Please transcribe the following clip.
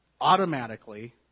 automatically